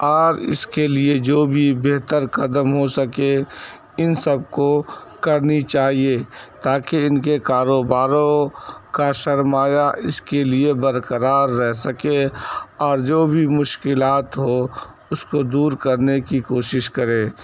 اور اس کے لیے جو بھی بہتر قدم ہو سکے ان سب کو کرنی چاہیے تاکہ ان کے کاروبارو کا سرمایہ اس کے لیے برقرار رہ سکے اور جو بھی مشکلات ہو اس کو دور کرنے کی کوشش کرے